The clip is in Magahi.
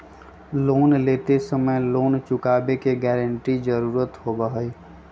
लोन लेते समय लोन चुकावे के गारंटी के जरुरत होबा हई